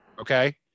Okay